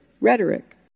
rhetoric